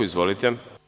Izvolite.